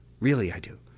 really i do,